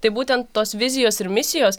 tai būtent tos vizijos ir misijos